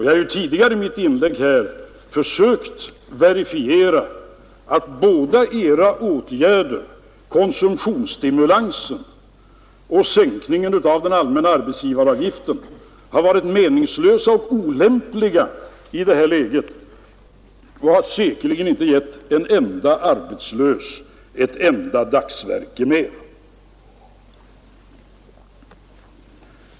Jag har ju tidigare i mitt inlägg försökt verifiera att de åtgärder som oppositionen föreslog, både konsumtionsstimulansen och sänkningen av den allmänna arbetsgivaravgiften, hade varit meningslösa och olämpliga i det här läget och säkerligen inte givit en enda arbetslös ett enda dagsverke mer.